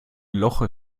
loch